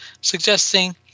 suggesting